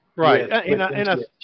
Right